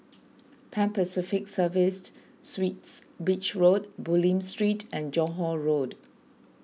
Pan Pacific Serviced Suites Beach Road Bulim Street and Johore Road